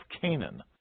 Canaan